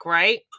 right